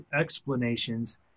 explanations